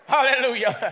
Hallelujah